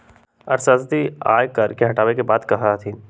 अर्थशास्त्री आय कर के हटावे के बात कहा हथिन